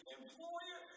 employer